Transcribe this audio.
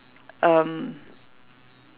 um